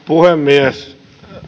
puhemies